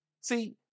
See